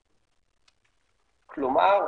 כלומר,